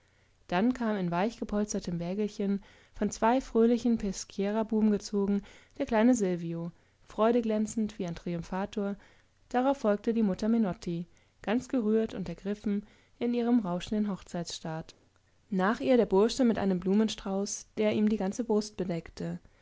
dann kam in weichgepolstertem wägelchen von zwei fröhlichen peschierabuben gezogen der kleine silvio freudeglänzend wie ein triumphator darauf folgte die mutter menotti ganz gerührt und ergriffen in ihrem rauschenden hochzeitsstaat nach ihr der bursche mit einem blumenstrauß der ihm die ganze brust bedeckte